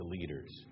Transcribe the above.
leaders